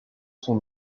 son